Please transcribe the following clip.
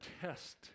test